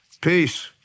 Peace